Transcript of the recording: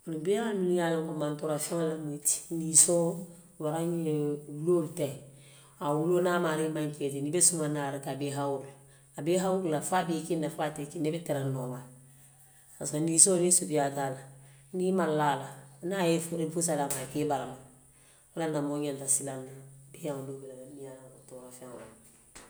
Beeyaŋoly minnu ye a loŋ mantoora feŋolu le mu i ti, ninsoowaraŋ ñiŋ wuloo lu teŋ. A wuloo niŋ a maarii mankeeta a be i hawuuru la, a be i hawuuru la, fo a be i kiŋ na, fo a te i kiŋ. Nai be tereŋ na wo ma le. Bari ninsoo niŋ i sutiyaata a la niŋ a maŋlaa a la, niŋ a ye i furuŋ fuusa daamiŋ a ka i barama le. Wo le i ye a tinna moo ñanta silaŋ na beeyaŋ doo bula la miŋ ye a loŋ ko toora faŋo le mu.